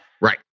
Right